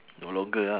no longer lah